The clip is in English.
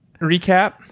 recap